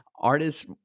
Artists